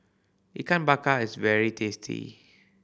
Ikan Bakar is very tasty